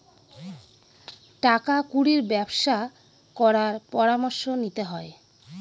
টাকা কুড়ির ব্যবসা করার পরামর্শ নিতে হয়